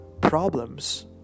problems